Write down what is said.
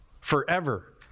forever